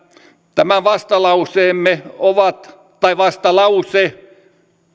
tämä vastalauseemme tai vastalause